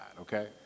okay